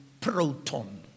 proton